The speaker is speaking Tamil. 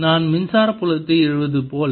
நாம் மின்சார புலத்தை எழுதுவது போல